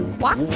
walk,